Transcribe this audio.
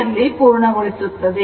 ನಲ್ಲಿ ಪೂರ್ಣಗೊಳಿಸುತ್ತದೆ